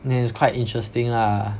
then it's quite interesting lah